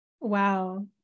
Wow